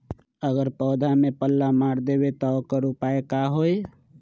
अगर पौधा में पल्ला मार देबे त औकर उपाय का होई?